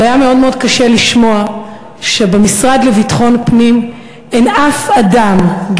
אבל היה מאוד מאוד קשה לשמוע שבמשרד לביטחון פנים אין אף אדם,